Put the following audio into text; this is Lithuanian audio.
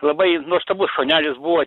labai nuostabus šunelis buvo